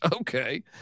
okay